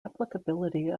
applicability